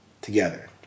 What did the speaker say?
together